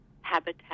habitat